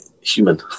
human